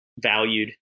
valued